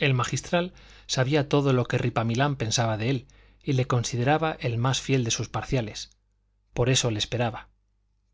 el magistral sabía todo lo que ripamilán pensaba de él y le consideraba el más fiel de sus parciales por eso le esperaba